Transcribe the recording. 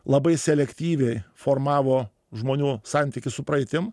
labai selektyviai formavo žmonių santykius su praeitim